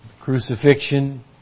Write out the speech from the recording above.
crucifixion